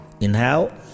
inhale